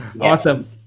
Awesome